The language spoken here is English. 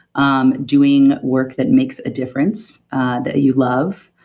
um doing work that makes a difference that you love,